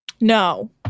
No